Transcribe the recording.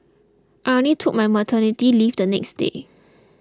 I only took my maternity leave the next day